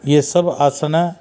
इहे सभु आसन